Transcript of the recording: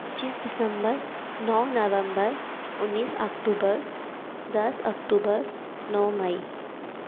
पच्चीस दिसम्बर नौ नवम्बर उन्नीस अक्टूबर दस अक्टूबर नौ मई